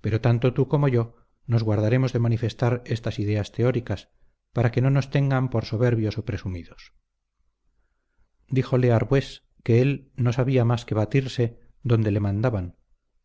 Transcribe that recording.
pero tanto tú como yo nos guardaremos de manifestar estas ideas teóricas para que no nos tengan por soberbios o presumidos díjole arbués que él no sabía más que batirse donde le mandaban